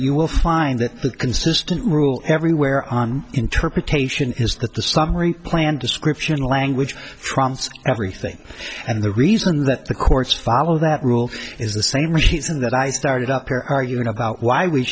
you will find that the consistent rule everywhere on interpretation is that the summary plan description language trumps everything and the reason that the courts follow that rule is the same machine that i started up here arguing about why we